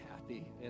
happy